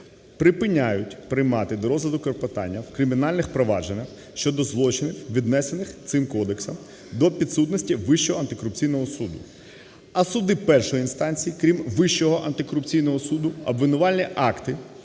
припиняють приймати до розгляду клопотання в кримінальних провадженнях щодо злочинів, віднесених цим Кодексом до підсудності Вищого антикорупційного суду, а суди першої інстанції (крім Вищого антикорупційного суду) - обвинувальні акти,